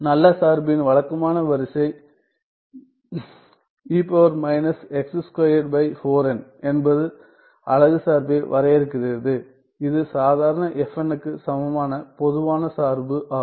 நல்ல சார்பின் வழக்கமான வரிசை என்பது அலகு சார்பை வரையறுக்கிறது இது சாதாரண க்கு சமமான பொதுவான சார்பு ஆகும்